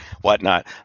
whatnot